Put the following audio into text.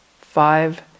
five